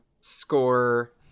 score